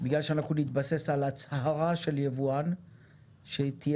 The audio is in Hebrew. בגלל שאנחנו נתבסס על הצהרה של יבואן שתהיה